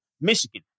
Michigan